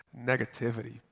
negativity